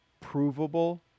provable